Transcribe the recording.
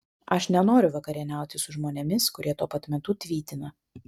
aš nenoriu vakarieniauti su žmonėmis kurie tuo pat metu tvytina